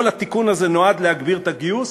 נועד להגביר את הגיוס,